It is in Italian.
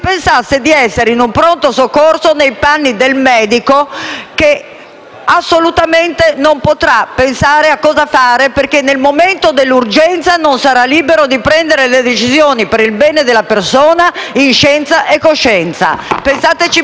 del medico che non potrà pensare a cosa fare perché, nel momento dell'urgenza, non sarà libero di prendere le decisioni per il bene della persona in scienza e coscienza. Pensateci bene. Ricordo che potrebbe essere qualcuno dei nostri figli.